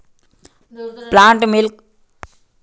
plant milk पौधा से बनाया जाने वाला दूध छे